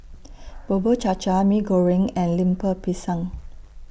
Bubur Cha Cha Mee Goreng and Lemper Pisang